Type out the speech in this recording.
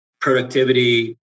productivity